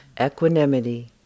Equanimity